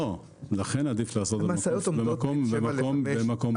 לכן עדיף לעשות את זה במקום פתוח.